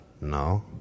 no